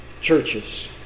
churches